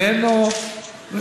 מוותר.